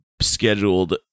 scheduled